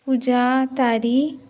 पुजा तारी